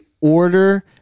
order